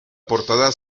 portada